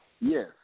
Yes